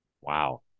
Wow